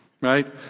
right